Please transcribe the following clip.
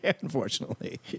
Unfortunately